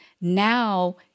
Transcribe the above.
now